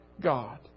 God